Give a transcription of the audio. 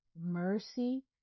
mercy